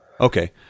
Okay